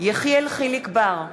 יחיאל חיליק בר,